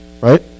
right